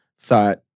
thought